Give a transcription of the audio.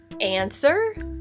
Answer